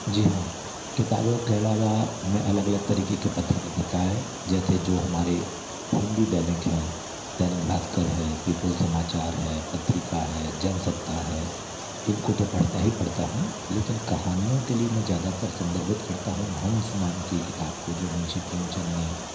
जी हाँ किताबों के अलावा मैं अलग अलग तरीक़े के पत्र पत्रिकाएं जैसे जो हमारे हिंदी दैनिक हैं दैनिक भास्कर है पीपल समाचार है पत्रिका है जनसत्ता है इनको तो पढ़ता ही पढ़ता हूँ लेकिन कहानियों के लिए मैं ज़्यादातर संदर्भित करता हूँ हंस नाम की किताब को जो मुंशी प्रेमचंद ने